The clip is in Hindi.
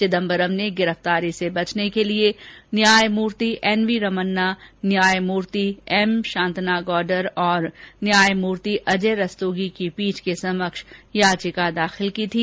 चिदम्बरम ने गिरफ्तारी से बचने के लिए न्यायमूर्ति एन वी रमन्ना न्यायमूर्ति एम शांतनागौडर और न्यायमूर्ति अजय रस्तोगी की पीठ के समक्ष याचिका दाखिल की थी